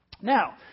Now